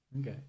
Okay